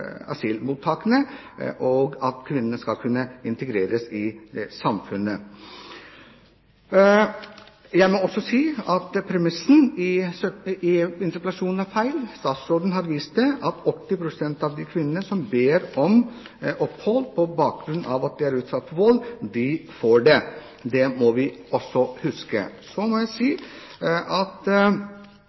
asylmottakene og tiltak for at kvinnene skal kunne integreres i samfunnet. Jeg må også si at premissen i interpellasjonen er feil. Statsråden har vist til at 80 pst. av de kvinnene som ber om opphold på bakgrunn av at de er utsatt for vold, får det. Det må vi også huske. Så må jeg si at